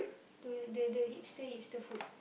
the the hipster hipster food